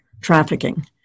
trafficking